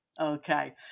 okay